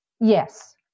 Yes